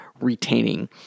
retaining